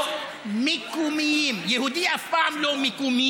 או מקומיים, יהודי אף פעם לא מקומי,